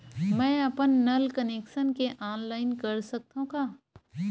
मैं अपन नल कनेक्शन के ऑनलाइन कर सकथव का?